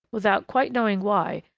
without quite knowing why,